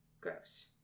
Gross